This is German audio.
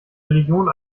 religionen